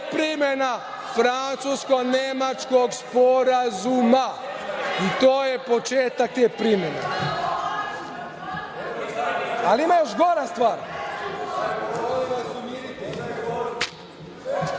primena francusko-nemačkog sporazuma i to je početak te primene. Ali, ima još gora stvar.